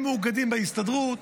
הם מאוגדים בהסתדרות,